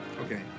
Okay